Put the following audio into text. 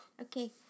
Okay